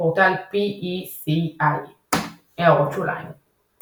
פורטל SECi == הערות שוליים ==